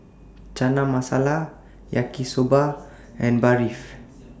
Chana Masala Yaki Soba and Barfi